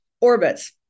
orbits